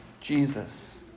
Jesus